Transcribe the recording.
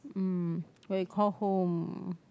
um where you call home